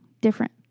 Different